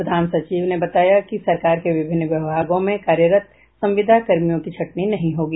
प्रधान सचिव ने बताया कि सरकार के विभिन्न विभागों में कार्यरत संविदा कर्मियों की छंटनी नहीं होगी